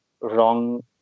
wrong